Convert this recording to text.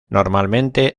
normalmente